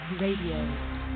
RADIO